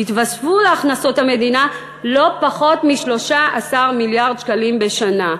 יתווספו להכנסות המדינה לא פחות מ-13 מיליארד שקלים בשנה.